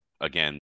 again